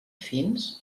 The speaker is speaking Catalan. fins